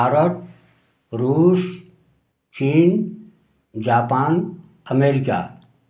भारत रूस चीन Japan America